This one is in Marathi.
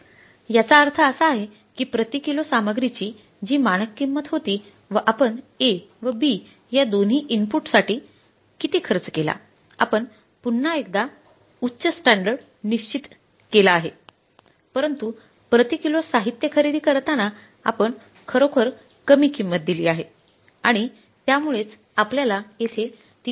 याचा अर्थ असा आहे की प्रति किलो सामग्रीची जी मानक किंमत होती व आपण A व B या दोन्ही इंपुटसाठी किती खर्च केला आपण पुन्हा एकदा उच्च स्टँडर्ड निश्चित केली आहेत परंतु प्रति किलो साहित्य खरेदी करताना आपण खरोखर कमी किंमत दिली आहे आणि त्यामुळेच आपल्यला येथे 376